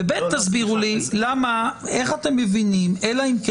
תסבירו לי גם איך אתם מבינים אלא אם כן